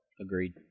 Agreed